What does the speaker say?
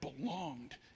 belonged